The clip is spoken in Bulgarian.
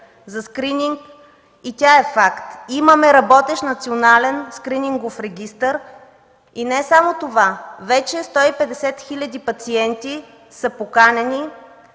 за скрининг и тя е факт. Имаме работещ Национален скринингов регистър. И не само това, вече 100 хил. пациенти са поканени,